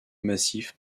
massif